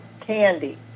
candy